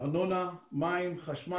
ארנונה, מים, חשמל.